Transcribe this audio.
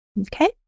Okay